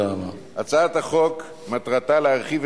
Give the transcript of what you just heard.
ההוראות בעניין זה והונחו על שולחן הכנסת